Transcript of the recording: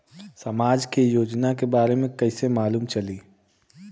समाज के योजना के बारे में कैसे मालूम चली?